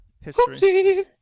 history